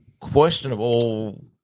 questionable